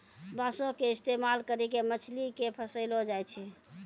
बांसो के इस्तेमाल करि के मछली के फसैलो जाय छै